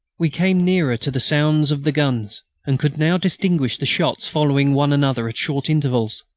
we came nearer to the sounds of the guns and could now distinguish the shots following one another at short intervals.